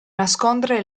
nascondere